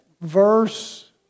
verse